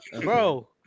bro